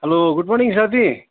hello good morning साथी